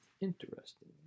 Interesting